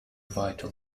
vital